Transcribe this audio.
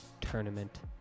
tournament